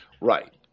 Right